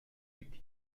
utile